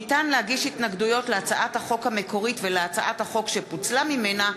ניתן להגיש התנגדויות להצעת החוק המקורית ולהצעת החוק שפוצלה ממנה,